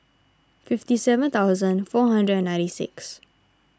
fifty seven thousand four hundred and ninety six